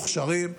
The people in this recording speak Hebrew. מוכשרים,